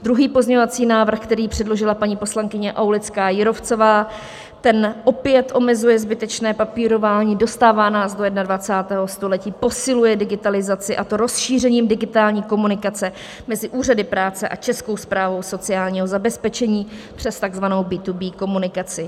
Druhý pozměňovací návrh, který předložila paní poslankyně Aulická Jírovcová, opět omezuje zbytečné papírování, dostává nás do 21. století, posiluje digitalizaci, a to rozšířením digitální komunikace mezi úřady práce a Českou správou sociálního zabezpečení přes takzvanou B2B komunikaci.